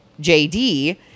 JD